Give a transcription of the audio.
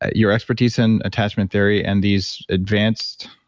your expertise in attachment theory and these advanced,